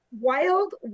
wild